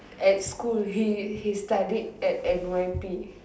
at school he he studied at N_Y_P